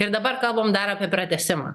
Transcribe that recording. ir dabar kalbam dar apie pratęsimą